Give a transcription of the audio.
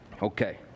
Okay